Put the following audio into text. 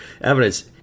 evidence